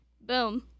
boom